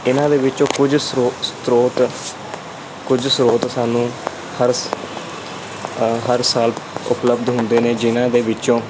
ਇਹਨਾਂ ਦੇ ਵਿੱਚੋਂ ਕੁਝ ਸਰੋ ਸਰੋਤ ਕੁਝ ਸਰੋਤ ਸਾਨੂੰ ਹਰਸ ਹਰ ਸਾਲ ਉਪਲੱਬਧ ਹੁੰਦੇ ਨੇ ਜਿਹਨਾਂ ਦੇ ਵਿੱਚੋਂ